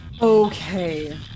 Okay